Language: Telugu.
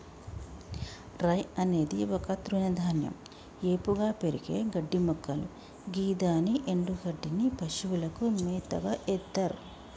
రై అనేది ఒక తృణధాన్యం ఏపుగా పెరిగే గడ్డిమొక్కలు గిదాని ఎన్డుగడ్డిని పశువులకు మేతగ ఎత్తర్